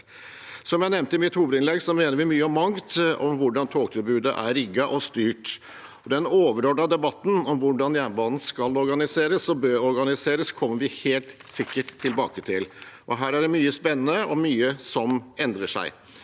Som jeg nevnte i mitt hovedinnlegg, mener vi mye og mangt om hvordan togtilbudet er rigget og styrt. Den overordnede debatten om hvordan jernbanen skal organiseres og bør organiseres, kommer vi helt sikkert tilbake til. Her er det mye spennende og mye som endrer seg.